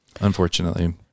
Unfortunately